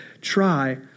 try